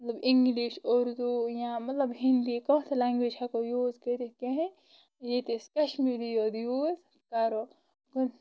مطلب اِنگلِش اردوٗ یا مطلب ہِنٛدی کانٛہہ تہِ لینگویج ہیٚکو یوٗز کٔرِتھ کینہہ یتہِ أسۍ کشمیٖری یوت یوٗز کرو